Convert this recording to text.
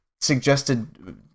suggested